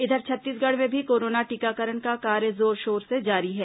इधर छत्तीसगढ़ में भी कोरोना टीकाकरण का कार्य जोरशोर से जारी है